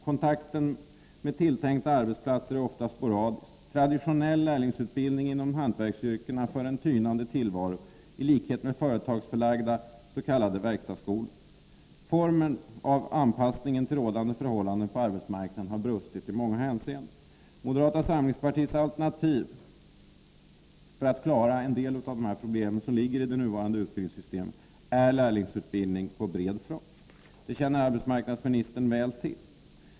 Kontakten med tilltänkta arbetsplatser är ofta sporadisk. Traditionell lärlingsutbildning inom hantverksyrkena för en tynande tillvaro i likhet med företagsförlagda s.k. verkstadsskolor. Formen för anpassning till rådande förhållande på arbetsmarknaden har brustit i många hänseenden. Moderata samlingspartiets alternativ för att klara en del av de problem som finns i det nuvarande utbildningssystemet är lärlingsutbildning på bred front. Det känner arbetsmarknadsministern väl till.